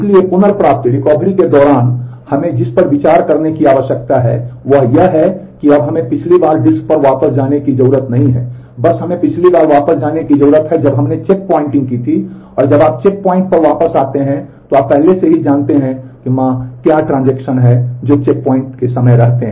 इसलिए पुनर्प्राप्ति हैं जो चेक पॉइंटिंग के समय रहते हैं